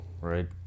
right